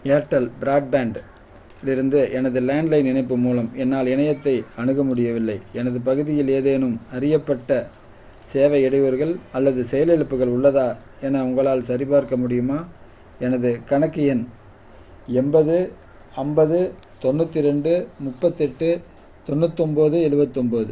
Airtel broadband இலிருந்து எனது landline இணைப்பு மூலம் என்னால் இணையத்தை அணுக முடியவில்லை எனது பகுதியில் ஏதேனும் அறியப்பட்ட சேவை இடையூறுகள் அல்லது செயலிழப்புகள் உள்ளதா என உங்களால் சரிபார்க்க முடியுமா எனது கணக்கு எண் எண்பது ஐம்பது தொண்ணூற்றி ரெண்டு முப்பத்தெட்டு தொண்ணூத்தொம்பது எழுவத்தொம்போது